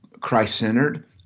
Christ-centered